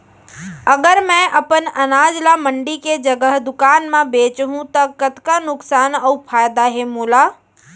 अगर मैं अपन अनाज ला मंडी के जगह दुकान म बेचहूँ त कतका नुकसान अऊ फायदा हे मोला?